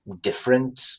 different